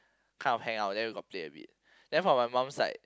kind of hang out then we got play a bit then for my mom's side